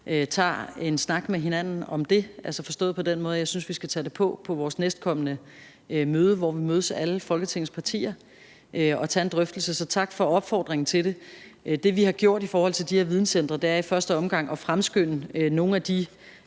tager en snak med hinanden om det, altså forstået på den måde, at jeg synes, at vi skal tage det op på vores næstkommende møde, hvor alle Folketingets partier mødes, og tage en drøftelse om det. Så tak for opfordringen til det. Det, vi har gjort i forhold til de her videncentre, er i første omgang at fremskynde nogle af de